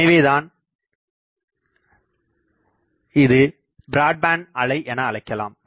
எனவே இதனை பிராட்பேண்ட் அலை என அழைக்கிறோம்